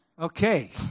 Okay